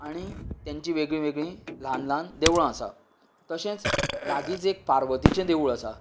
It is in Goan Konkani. आनी तेंचे वेगळी वेगळी ल्हान देवळां आसात तशेंच लागींच एक पार्वतीचे देवूळ आसा